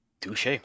Touche